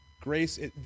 Grace